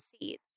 seeds